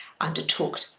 undertook